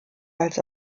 als